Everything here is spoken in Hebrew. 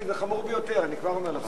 כי זה חמור ביותר, אני כבר אומר לך.